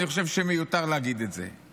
אני חושב שמיותר להגיד את זה.